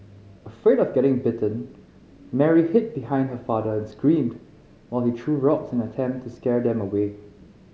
afraid of getting bitten Mary hid behind her father and screamed while he threw rocks in an attempt to scare them away